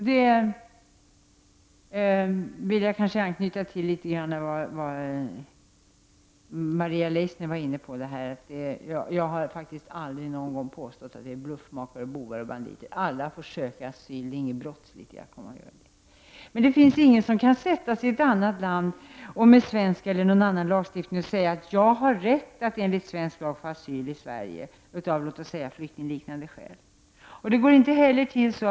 Där vill jag anknyta till vad Maria Leissner var inne på tidigare. Jag har faktiskt aldrig påstått att det är bluffmakare, bovar och banditer som kommer hit — alla får söka asyl, det är inget brottsligt i att göra det. Men ingen kan komma från ett annat land och kräva: Jag har rätt enligt svensk lagstiftning att få asyl i Sverige t.ex. av flyktingliknande skäl. Det går inte till så.